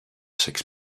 six